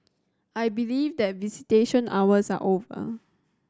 I believe that visitation hours are over